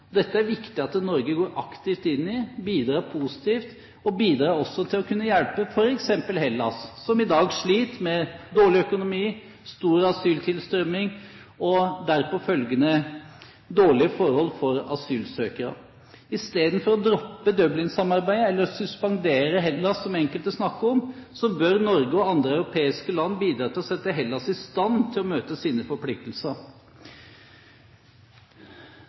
Dette er det viktig at Norge går aktivt inn i, bidrar positivt og også bidrar til å hjelpe f.eks. Hellas, som i dag sliter med dårlig økonomi, stor asyltilstrømming og påfølgende dårlige forhold for asylsøkere. I stedet for å droppe Dublin-samarbeidet eller å suspendere Hellas, som enkelte snakker om, bør Norge og andre europeiske land bidra til å sette Hellas i stand til å møte sine forpliktelser.